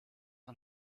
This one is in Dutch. een